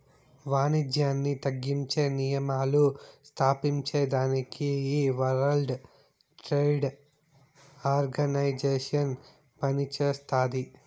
వానిజ్యాన్ని తగ్గించే నియమాలు స్తాపించేదానికి ఈ వరల్డ్ ట్రేడ్ ఆర్గనైజేషన్ పనిచేస్తాది